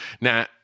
Now